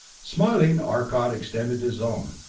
smiling, arcot extended his own.